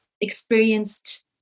experienced